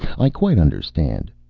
i quite understand.